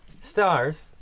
stars